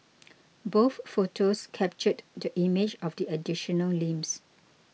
both photos captured the image of the additional limbs